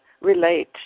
relate